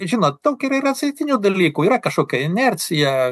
žinot daug ir yra sudėtinių dalykų yra kažkokia inercija